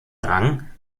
rang